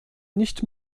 nicht